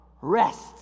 rests